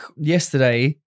yesterday